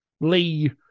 Lee